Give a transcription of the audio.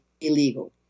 illegal